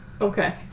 Okay